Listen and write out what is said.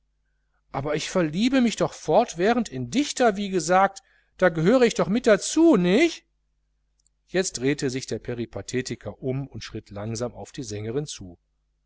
aber ich verliebe mich doch fortwährend in dichter wie gesagt da gehöre ich doch mit dazu nich jetzt drehte sich der peripathetiker um und schritt langsam auf die sängerin zu